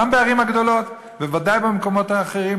גם בערים הגדולות וודאי במקומות האחרים,